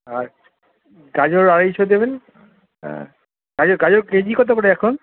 আর গাজর আড়াইশো দেবেন হ্যাঁ গাজর গাজর কেজি কত করে এখন